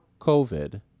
covid